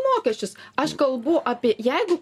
mokesčius aš kalbu apie jeigu